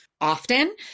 often